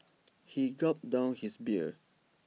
he gulped down his beer